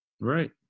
Right